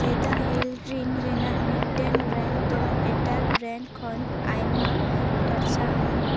ᱪᱮᱫᱟᱜ ᱦᱮᱞ ᱨᱤᱝ ᱨᱮᱱᱟᱜ ᱢᱮᱫᱴᱮᱱ ᱵᱨᱮᱱᱰ ᱫᱚ ᱮᱴᱟᱜ ᱵᱨᱮᱱᱰ ᱠᱷᱚᱱ ᱟᱭᱢᱟ ᱠᱷᱚᱨᱪᱟ ᱟᱱᱟ